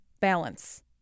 balance